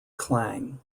klang